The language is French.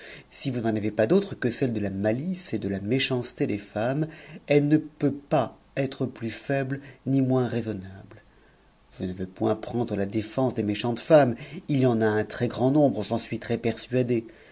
si vous n'en avez pas d'autre que cette de la malice et de la méchanceté des femmes elle ne peut pas être plus faible ni moins raisonnable je ne veux point prendre la défense des méchantes femmes it y en a un trèsfrand nombre j'en suis très persuadée